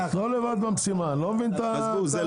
אני לא מבין את זה.